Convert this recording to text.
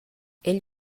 ell